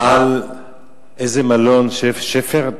על איזה מלון, "שפרד"?